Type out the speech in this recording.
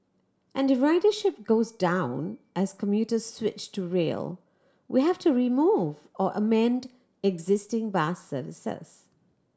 and if ridership goes down as commuters switch to rail we have to remove or amend existing bus services